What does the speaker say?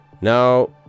now